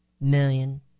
million